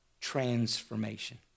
transformation